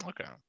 Okay